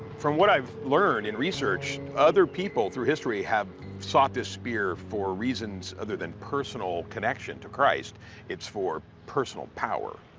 from what i've learned in research, other people through history have sought this spear for reasons other than personal connection to christ it's for personal power.